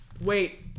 wait